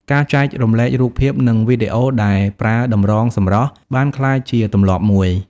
ការចែករំលែករូបភាពនិងវីដេអូដែលប្រើតម្រងសម្រស់បានក្លាយជាទម្លាប់មួយ។